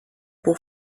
pour